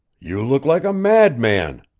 you look like a madman!